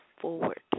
forward